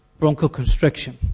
bronchoconstriction